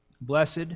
Blessed